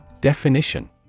Definition